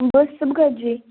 بہٕ حظ چھَس صِبگَت جی